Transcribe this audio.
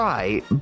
Right